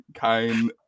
kein